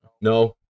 No